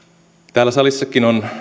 täällä salissakin on